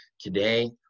today